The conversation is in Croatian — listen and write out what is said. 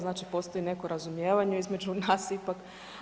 Znači, postoji neko razumijevanje između nas ipak.